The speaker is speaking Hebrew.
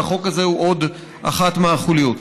והחוק הזה הוא עוד אחת מהחוליות.